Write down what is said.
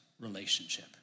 relationship